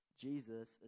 Jesus